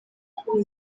kuri